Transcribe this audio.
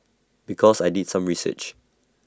because I did some research